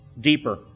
deeper